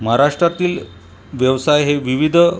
महाराष्ट्रातील व्यवसाय हे विविध